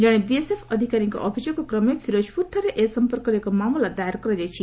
ଜଣେ ବିଏସ୍ଏଫ୍ ଅଧିକାରୀଙ୍କ ଅଭିଯୋଗ କ୍ରମେ ଫିରୋଜପ୍ରରଠାରେ ଏ ସଂପର୍କରେ ଏକ ମାମଲା ଦାୟର କରାଯାଇଛି